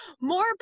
more